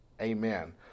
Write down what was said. Amen